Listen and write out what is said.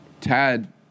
Tad